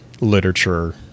literature